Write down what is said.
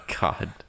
god